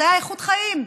זה היה איכות חיים,